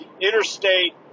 Interstate